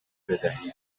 بدهیم